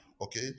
Okay